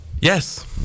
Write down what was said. Yes